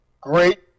great